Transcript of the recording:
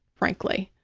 frankly.